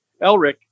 elric